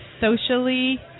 socially